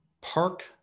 park